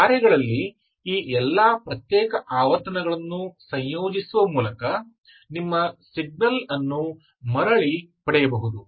ಈ ಕಾರ್ಯಗಳಲ್ಲಿ ಈ ಎಲ್ಲಾ ಪ್ರತ್ಯೇಕ ಆವರ್ತನಗಳನ್ನು ಸಂಯೋಜಿಸುವ ಮೂಲಕ ನಿಮ್ಮ ಸಿಗ್ನಲ್ ಅನ್ನು ಮರಳಿ ಪಡೆಯಬಹುದು